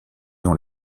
dans